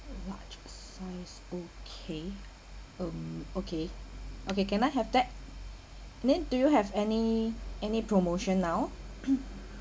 large size okay um okay okay can I have that then do you have any any promotion now